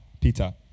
Peter